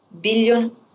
billion